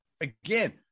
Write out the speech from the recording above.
again